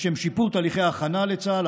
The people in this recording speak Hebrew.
לשם שיפור תהליכי ההכנה לצה"ל,